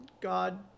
God